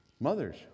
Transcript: Mothers